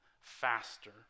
faster